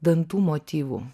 dantų motyvų